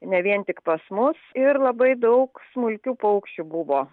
ne vien tik pas mus ir labai daug smulkių paukščių buvo